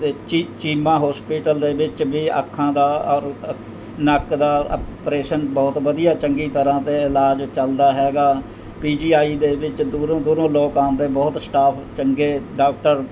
ਅਤੇ ਚੀ ਚੀਮਾ ਹੋਸਪਿਟਲ ਦੇ ਵਿੱਚ ਵੀ ਅੱਖਾਂ ਦਾ ਔਰ ਅ ਨੱਕ ਦਾ ਅਪ੍ਰੇਸ਼ਨ ਬਹੁਤ ਵਧੀਆ ਚੰਗੀ ਤਰ੍ਹਾਂ ਅਤੇ ਇਲਾਜ ਚੱਲਦਾ ਹੈਗਾ ਪੀ ਜੀ ਆਈ ਦੇ ਵਿੱਚ ਦੂਰੋਂ ਦੂਰੋਂ ਲੋਕ ਆਉਂਦੇ ਬਹੁਤ ਸਟਾਫ ਚੰਗੇ ਡਾਕਟਰ